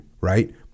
right